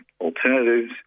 alternatives